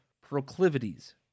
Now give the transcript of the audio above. proclivities